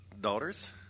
daughters